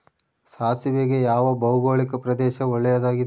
ಸಾಸಿವೆಗೆ ಯಾವ ಭೌಗೋಳಿಕ ಪ್ರದೇಶ ಒಳ್ಳೆಯದಾಗಿದೆ?